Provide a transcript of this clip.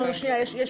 לא, רגע, יש בעיה.